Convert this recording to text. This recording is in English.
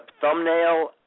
thumbnail